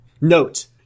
Note